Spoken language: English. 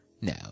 No